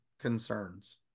concerns